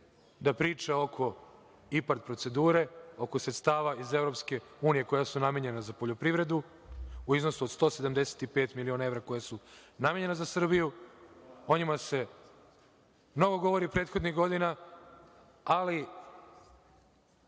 da priče oko IPARD procedure, oko sredstava iz EU koja su namenjena za poljoprivredu u iznosu od 175 miliona evra, koja su namenjena za Srbiju, o njima se mnogo govori prethodnih godina, ali